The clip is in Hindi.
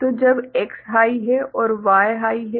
तो जब X हाइ है और Y हाइ है